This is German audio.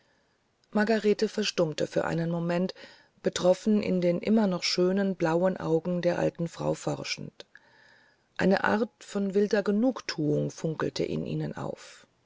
margarete verstummte für einen moment betroffen in den noch immer schönen blauen augen der alten frau forschend eine art von wilder genugthuung funkelte in ihnen auf